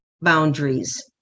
boundaries